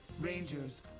Rangers